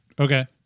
okay